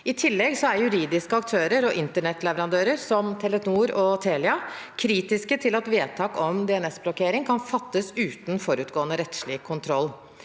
I tillegg er juridiske aktører og internettleverandører, som Telenor og Telia, kritiske til at vedtak om DNS-blokkering kan fattes uten forutgående rettslig kontroll.